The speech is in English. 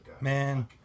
Man